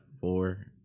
four